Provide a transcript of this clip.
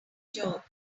job